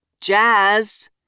Jazz